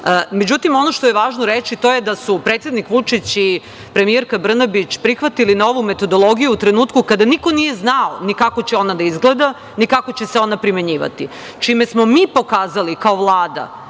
ono što je važno reći to je da su predsednik Vučić i premijerka Brnabić prihvatili novu metodologiju u trenutku kada niko nije ni znao kako će ona da izgleda, ni kako će se ona primenjivati, čime smo mi pokazali kao Vlada,